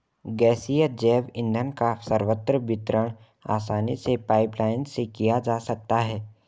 गैसीय जैव ईंधन का सर्वत्र वितरण आसानी से पाइपलाईन से किया जा सकता है